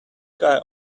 guy